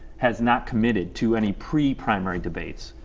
has not committed to any pre-primary debates.